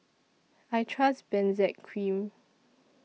I Trust Benzac Cream